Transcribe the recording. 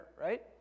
right